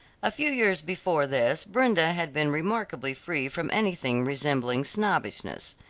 a few years before this brenda had been remarkably free from anything resembling snobbishness.